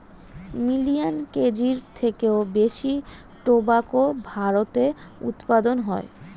million কেজির থেকেও বেশি টোবাকো ভারতে উৎপাদন হয়